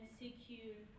secure